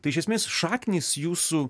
tai iš esmės šaknys jūsų